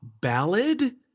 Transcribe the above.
ballad